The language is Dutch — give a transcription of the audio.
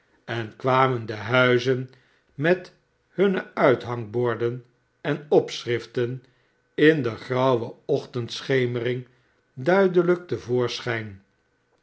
en kwamen de huizen met hunne uithangborden en opschriften in de grauwe ochtendschemering duidelijk